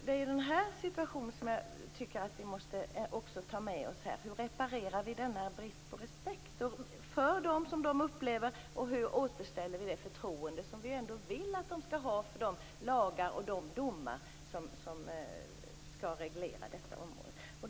Det är den här situationen som vi måste ta till oss: Hur reparerar vi den brist på respekt för dem som de upplever? Hur återställer vi det förtroende som vi vill att de skall ha för de lagar och de domar som skall reglera detta område?